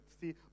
see